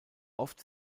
oft